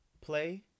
play